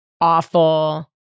awful